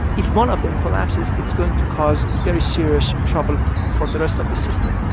if one of them collapses, it's going to cause very serious trouble for the rest of the system.